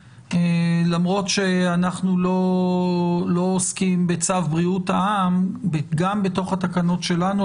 למרות שאנחנו לא עוסקים בצו בריאות העם גם בתוך התקנות שלנו,